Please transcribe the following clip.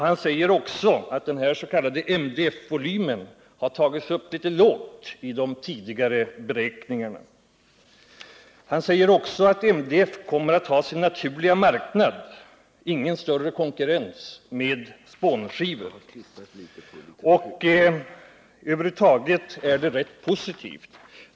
Han säger också att den s.k. MDF-volymen har tagits upp litet lågt i de tidigare beräkningarna. Han anför vidare att MDF kommer att ha sin naturliga marknad och att det inte blir någon större konkurrens med spånskivor. Över huvud taget är uttalandena positiva.